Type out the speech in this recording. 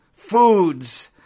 Foods